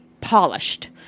polished